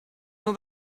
nur